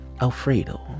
alfredo